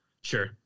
Sure